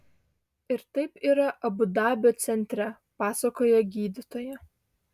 ir taip yra abu dabio centre pasakoja gydytoja